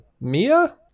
Mia